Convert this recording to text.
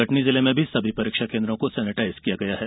कटनी जिले में सभी परीक्षा केन्द्रों को सेनेटाइज किया गया है